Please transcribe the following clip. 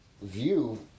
view